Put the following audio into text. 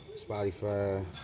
Spotify